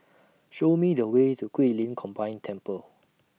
Show Me The Way to Guilin Combined Temple